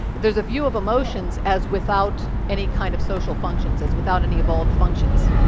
there's a view of emotions as without any kind of social functions, as without any evolved functions.